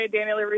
Daniel